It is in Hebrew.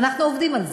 ואנחנו עובדים על זה.